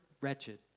wretched